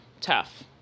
tough